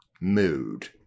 mood